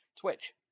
Twitch